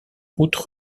routes